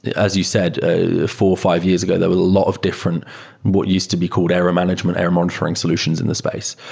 as you said, four or five years ago, there were a lot of different what used to be called error management, error monitoring solutions in the space.